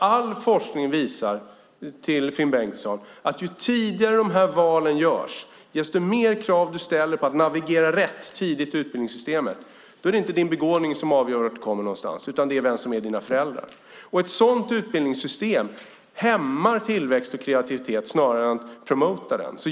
All forskning visar, detta till Finn Bengtsson, att ju tidigare valen görs, desto högre krav ställs det på att kunna navigera rätt i utbildningssystemet. Då är det inte din begåvning som avgör vart du kommer någonstans, utan det är vem som är dina föräldrar. Ett sådant utbildningssystem hämmar tillväxt och kreativitet snarar än promotar den.